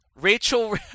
Rachel